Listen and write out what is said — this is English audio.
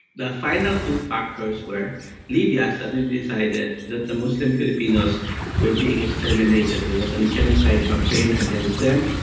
the final two factors were libya suddenly decided that the muslim filipinos were being exterminated, there was a genocide campaign against them.